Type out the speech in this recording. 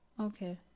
Okay